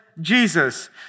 Jesus